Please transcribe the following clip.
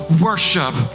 worship